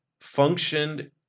functioned